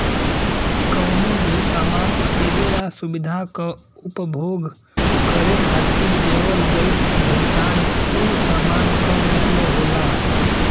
कउनो भी सामान खरीदे या सुविधा क उपभोग करे खातिर देवल गइल भुगतान उ सामान क मूल्य होला